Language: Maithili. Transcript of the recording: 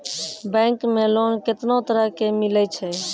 बैंक मे लोन कैतना तरह के मिलै छै?